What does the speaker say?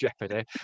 jeopardy